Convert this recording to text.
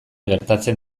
gertatzen